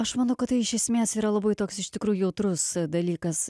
aš manau kad tai iš esmės yra labai toks iš tikrųjų jautrus dalykas